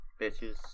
Bitches